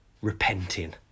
repenting